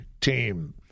team